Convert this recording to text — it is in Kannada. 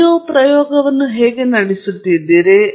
ಆದ್ದರಿಂದ ಒಟ್ಟಾಗಿ ಎಲ್ಲವೂ ಡೇಟಾ ಉತ್ಪಾದಿಸುವ ಪ್ರಕ್ರಿಯೆ